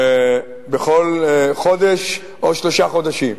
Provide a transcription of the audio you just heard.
בכל חודש או שלושה חודשים.